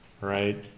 right